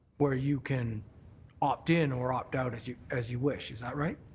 where you can opt in or opt out, as you as you wish. is that right?